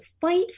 fight